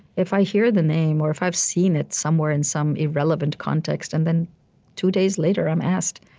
if i hear the name or if i've seen it somewhere in some irrelevant context and then two days later i'm asked,